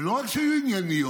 ולא רק שהיו ענייניות,